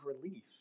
relief